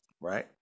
right